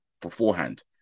beforehand